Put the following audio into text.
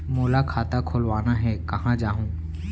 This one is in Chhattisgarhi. मोला खाता खोलवाना हे, कहाँ जाहूँ?